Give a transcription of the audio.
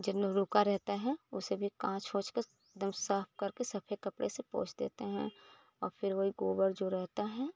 जिन लोगों का रहता है उसे भी कांच उंच के एक दम साफ़ करके साफ कपड़े से पोछ देते हैं और फिर वही गोबर जो रहता है